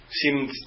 Seemed